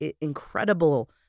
incredible